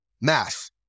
math